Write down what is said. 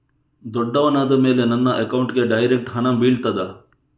ದೊಡ್ಡವನಾದ ಮೇಲೆ ನನ್ನ ಅಕೌಂಟ್ಗೆ ಡೈರೆಕ್ಟ್ ಹಣ ಬೀಳ್ತದಾ?